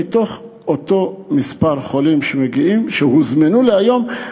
מתוך אותו מספר חולים שהוזמנו להיום,